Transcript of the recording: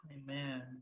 Amen